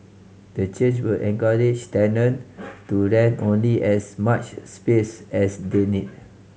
the change will encourage tenant to rent only as much space as they need